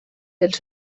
dels